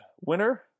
winner